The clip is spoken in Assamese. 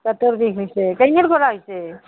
পেটৰ বিষ হৈছে পৰা হৈছে